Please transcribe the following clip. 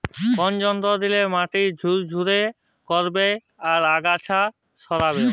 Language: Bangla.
কোন যন্ত্র দিয়ে মাটি ঝুরঝুরে করব ও আগাছা সরাবো?